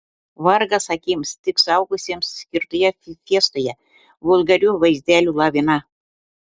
vargas akims tik suaugusiems skirtoje fiestoje vulgarių vaizdelių lavina